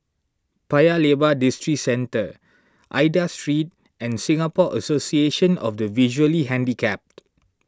Paya Lebar Districentre Aida Street and Singapore Association of the Visually Handicapped